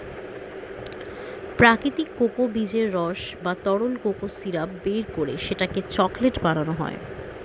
প্রাকৃতিক কোকো বীজের রস বা তরল কোকো সিরাপ বের করে সেটাকে চকলেট বানানো হয়